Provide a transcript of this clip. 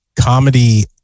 comedy